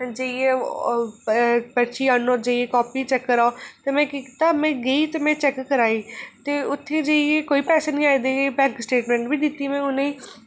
ते जाइयै पर्ची आह्नो जाइयै कॉपी चैक कराओ ते में केह् कीता गेई ते में गेई ते चैक्क कराई ते उत्थै जाइयै कोई पैसे निं आए दे हे ते स्टेटमैंट बी दित्ती उ'नेंगी